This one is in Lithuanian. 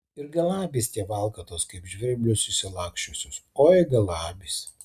ir galabys tie valkatos kaip žvirblius išsilaksčiusius oi galabys